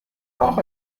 auch